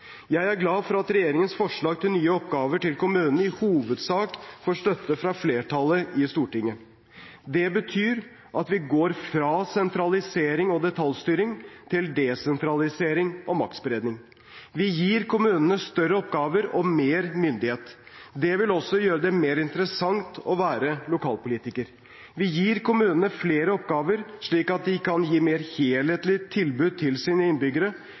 Jeg er glad for at regjeringens forslag til nye oppgaver til kommunene i hovedsak får støtte fra flertallet i Stortinget. Det betyr at vi går fra sentralisering og detaljstyring til desentralisering og maktspredning. Vi gir kommunene større oppgaver og mer myndighet. Det vil også gjøre det mer interessant å være lokalpolitiker. Vi gir kommunene flere oppgaver, slik at de kan gi et mer helhetlig tilbud til sine innbyggere.